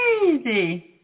Crazy